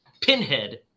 Pinhead